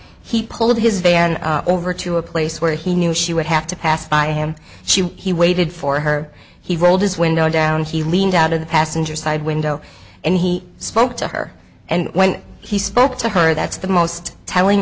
he pulled his van over to a place where he knew she would have to pass by him she he waited for her he rolled his window down he leaned out of the passenger side window and he spoke to her and when he spoke to her that's the most telling